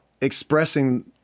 expressing